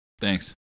Thanks